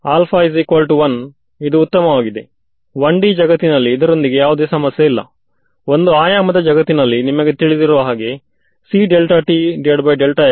ಆದ್ದರಿಂದ ಈಗ ಸಾಮಾನ್ಯವಾಗಿ ಎದುರಾಗುವ ಸಮಸ್ಯೆ ಎಂದರೆ ಫಾರ್ ಫೀಲ್ಡ್